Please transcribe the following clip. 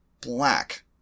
black